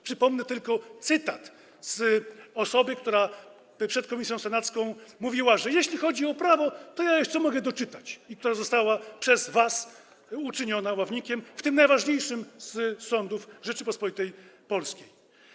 Przypomnę tylko cytat z wypowiedzi osoby, która przed komisją senacką mówiła: jeśli chodzi o prawo, to ja jeszcze mogę doczytać, i która została przez was uczyniona ławnikiem w tym najważniejszym z sądów Rzeczypospolitej Polskiej.